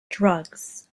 drugs